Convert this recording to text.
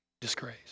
Disgrace